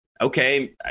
okay